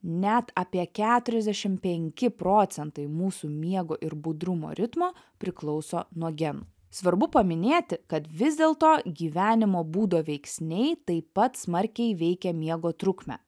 net apie keturiasdešim penki procentai mūsų miego ir budrumo ritmo priklauso nuo genų svarbu paminėti kad vis dėlto gyvenimo būdo veiksniai taip pat smarkiai veikia miego trukmę